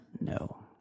No